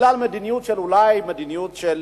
בגלל מדיניות של, אולי מדיניות של